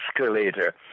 escalator